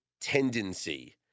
tendency